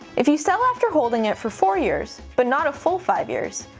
if you sell after holding it for four years, but not a full five years,